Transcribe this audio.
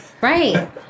Right